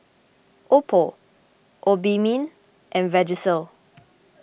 Oppo Obimin and Vagisil